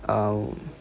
um